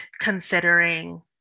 considering